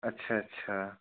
अच्छा अच्छा